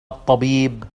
الطبيب